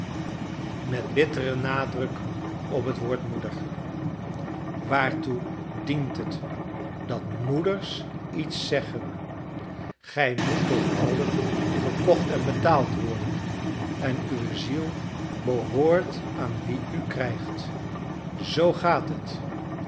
met bitteren nadruk op het woord moeder waartoe dient het dat moeders iets zeggen gij moet toch allen gekocht en betaald worden en uwe ziel behoort aan wie u krijgt zoo gaat het